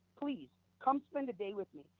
please, come spend a day with me,